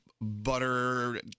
butter